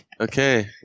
Okay